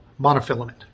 monofilament